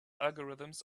algorithms